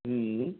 হুম